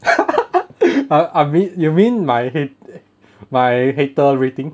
I I mean you mean my hate~ my hater rating